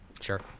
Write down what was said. Sure